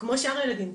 כמו שאר הילדים.